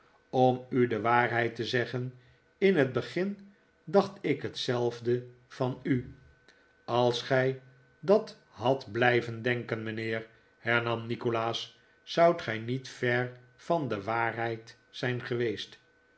om u de waarheid te zeggen in het begin dacht ik hetzelfde van u als gij dat hadt blijven denken mijnheer hernam nikolaas zoudt gij niet ver van de waarheid zijn geweest